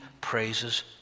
praises